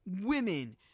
women